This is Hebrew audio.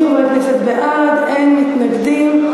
30 חברי כנסת בעד, אין מתנגדים.